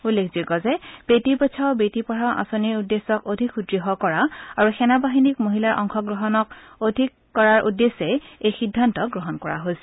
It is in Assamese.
উল্লেখযোগ্য যে বেটি বচাও বেটি পঢ়াও আঁচনিৰ উদ্দেশ্যক অধিক সুদঢ় কৰা আৰু সেনাবাহিনীত মহিলাৰ অংশগ্ৰহণ অধিক কৰাৰ উদ্দেশ্যে এই সিদ্ধান্ত গ্ৰহণ কৰা হৈছে